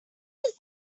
does